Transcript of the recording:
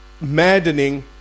maddening